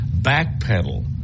backpedal